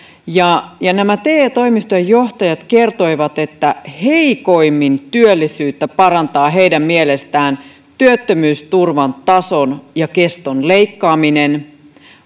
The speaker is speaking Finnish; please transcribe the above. nämä te toimistojen johtajat kertoivat että heikoimmin työllisyyttä parantavat heidän mielestään työttömyysturvan tason ja keston leikkaaminen